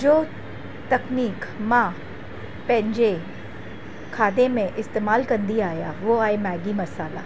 जो तकनीक मां पंहिंजे खाधे में इस्तेमालु कंदी आहियां उहो आहे मैगी मसाल्हा